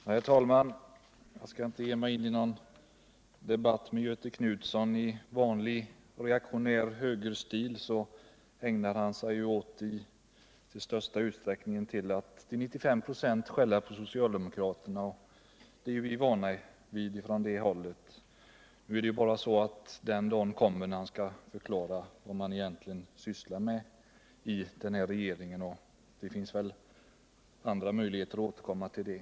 Herr talman! Jag skall inte ge mig in i någon debatt med Göthe Knutson. I vanlig reaktionär högerstil ägnade han sig till nära 95 96 åt att skälla på socialdemokraterna. Det är vi vana vid från det hållet. Men den dagen kommer när han skall förklara vad man cgentligen sysslar med i den borgerliga regeringen. Det finns väl andra möjligheter att återkomma till detta.